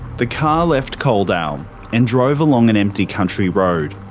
the car left coledale and drove along an empty country road.